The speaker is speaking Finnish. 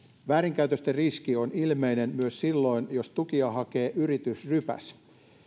väärinkäytösten riski on ilmeinen myös silloin jos tukia hakee yritysrypäs